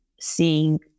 seeing